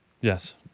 Yes